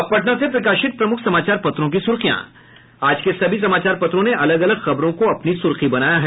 अब पटना से प्रकाशित प्रमुख समाचार पत्रों की सुर्खियां आज के सभी समाचार पत्रों ने अलग अलग खबरों को अपनी सुर्खी बनाया है